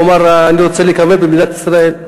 כי הוא אמר שהוא רוצה להיקבר במדינת ישראל,